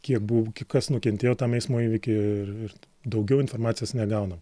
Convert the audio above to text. kiek buv kas nukentėjo tam eismo įvyky ir ir daugiau informacijos negaunam